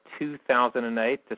2008